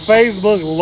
Facebook